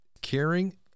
caring